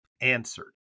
answered